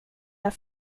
jag